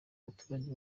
baturage